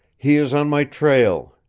he is on my trail,